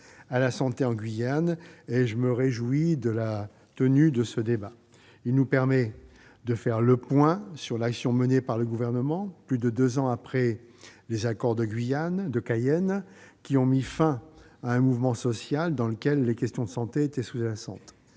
à la santé en Guyane. Je me réjouis donc de la tenue de ce débat, qui nous permet de faire le point sur l'action menée par le Gouvernement, plus de deux ans après les accords de Cayenne, qui ont mis fin à un mouvement social dans lequel les questions de santé étaient sous-jacentes.